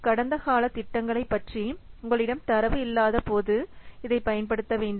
கடந்த கால திட்டங்களைப் பற்றி உங்களிடம் தரவு இல்லாதபோது இதை பயன்படுத்த வேண்டும்